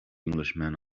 englishman